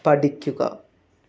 പഠിക്കുക